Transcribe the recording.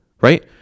right